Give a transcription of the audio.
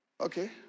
Okay